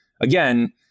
again